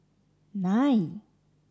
nine